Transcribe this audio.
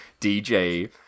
DJ